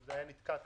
זה היה נתקע איפשהו,